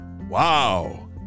Wow